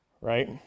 right